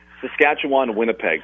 Saskatchewan-Winnipeg